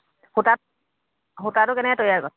সূতাত সূতাটো কেনেকৈ তৈয়াৰ কৰে